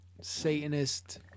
Satanist